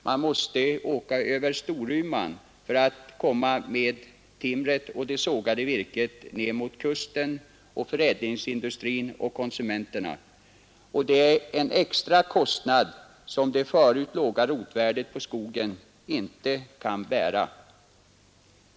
Man måste äka över Storuman för att komma med timret och det sågade virket ner mot kusten och förädlingsindustrin och konsumenterna, och det är en extra kostnad som det förut låga rotvärdet på skogen inte kan bära.